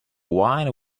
wine